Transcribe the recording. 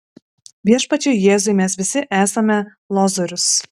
viešpačiui jėzui mes visi esame lozorius